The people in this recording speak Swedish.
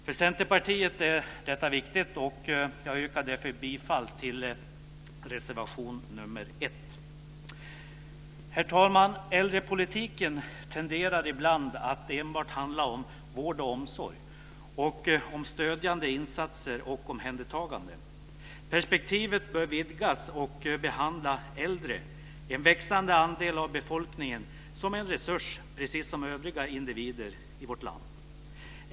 För Centerpartiet är detta viktigt, och jag yrkar därför bifall till reservation 1. Herr talman! Äldrepolitiken tenderar ibland att enbart handla om vård och omsorg och om stödjande insatser och omhändertagande. Perspektivet bör vidgas och behandla äldre, en växande andel av befolkningen, som en resurs precis som övriga individer i vårt land.